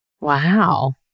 wow